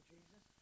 Jesus